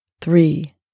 three